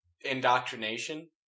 indoctrination